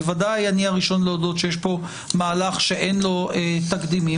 בוודאי אני הראשון להודות שיש פה מהלך שאין לו תקדימים,